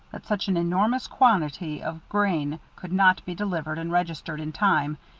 that such an enormous quantity of grain could not be delivered and registered in time,